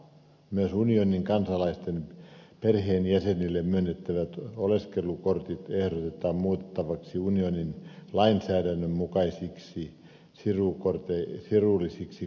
myös unionin kansalaisten perheenjäsenille myönnettävät oleskelukortit ehdotetaan muutettavaksi unionin lainsäädännön mukaisiksi sirullisiksi korteiksi